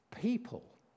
People